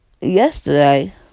yesterday